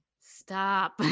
stop